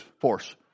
force